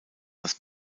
das